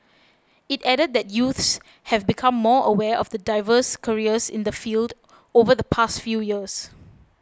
it added that youths have become more aware of the diverse careers in the field over the past few years